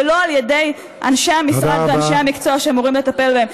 ולא על ידי אנשי המשרד ואנשי המקצוע שאמורים לטפל בהם.